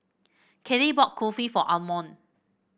Cade bought Kulfi for Almon